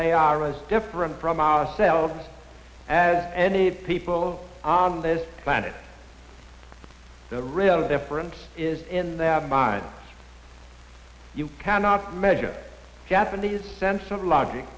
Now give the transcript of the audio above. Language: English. they are as different from ourselves as any people on this planet the real difference is in their minds you cannot measure japanese sense of logic